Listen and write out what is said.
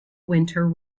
winter